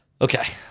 okay